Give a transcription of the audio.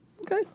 okay